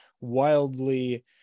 wildly